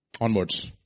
onwards